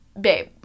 Babe